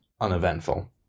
uneventful